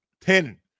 Ten